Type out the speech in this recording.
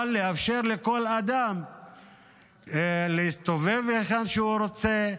אבל יש לאפשר לכל אדם להסתובב היכן שהוא רוצה,